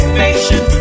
nation